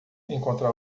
encontrar